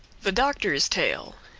the doctor's tale.